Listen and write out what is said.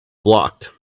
blocked